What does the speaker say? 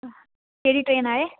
कहिड़ी ट्रेन आहे